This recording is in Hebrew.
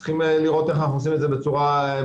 צריך לראות איך אנחנו עושים את זה בצורה מדורגת.